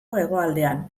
hegoaldean